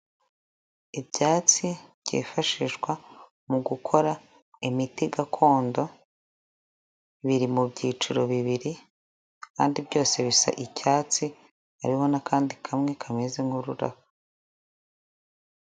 Ibyatsi byifashishwa mu gukora imiti gakondo biri mu byiciro bibiri kandi byose bisa icyatsi hariho n'akandi kamwe kameze nk'ururabo.